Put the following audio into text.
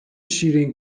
شیرین